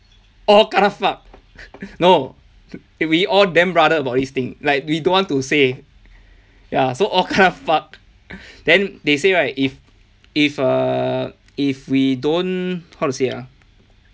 all kena fucked no w~ we damn brother about this thing like we don't want to say ya so all kena fucked then they say right if if err if we don't how to say ah